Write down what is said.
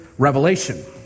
revelation